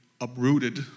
uprooted